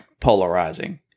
polarizing